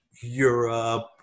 Europe